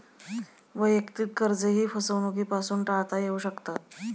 वैयक्तिक कर्जेही फसवणुकीपासून टाळता येऊ शकतात